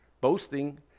Boasting